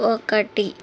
ఒకటి